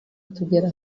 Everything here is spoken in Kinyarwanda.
tugera